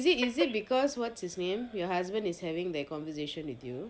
is it is it because what's his name your husband is having that conversation with you